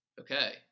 Okay